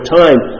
time